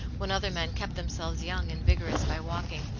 when other men kept themselves young and vigorous by walking.